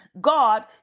God